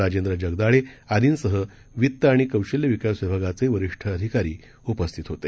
राजेंद्रजगदाळेआदींसहवित्तआणिकौशल्यविकासविभागाचेवरिष्ठअधिकारीउपस्थितहोते